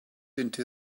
into